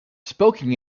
spoken